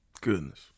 Goodness